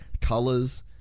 Colors